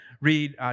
read